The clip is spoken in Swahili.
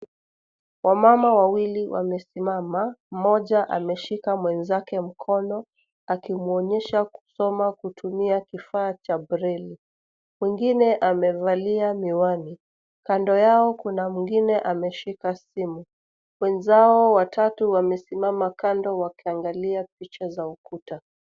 Wamama wawili wamesimama mmoja ameshika mwenzake mkono akimwonyesha kusoma kutumia kifaa cha breli. Mwingine amevalia miwani. Kando yao kuna mwingine ameshika simu, wenzao watatu wamesimama kando wakiangalia picha za ukuta.